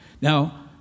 Now